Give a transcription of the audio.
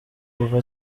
kuva